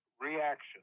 reaction